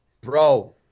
bro